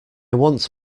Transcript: want